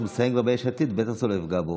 מסיים כבר ביש עתיד בטח זה לא יפגע בו,